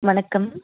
வணக்கம்